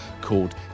called